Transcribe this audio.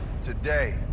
today